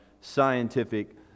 scientific